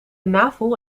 navel